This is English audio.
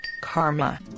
karma